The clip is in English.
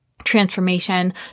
Transformation